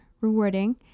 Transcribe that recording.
rewarding